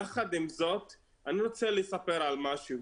יחד עם זאת, אני רוצה לספר על משהו.